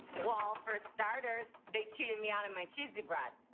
well, for starters they cheated me out of my cheesy bread.